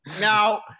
Now